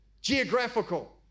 geographical